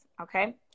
okay